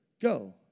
go